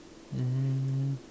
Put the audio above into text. mm